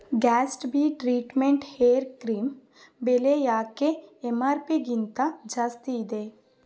Gatsby treatment hair cream ಬೆಲೆ ಯಾಕೆ M R ಪಿಗಿಂತ ಜಾಸ್ತಿಯಿದೆ